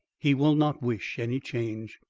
he will not wish any change.